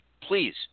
Please